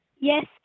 Yes